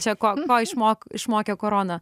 čia ko ko išmok išmokė korona